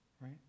right